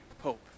hope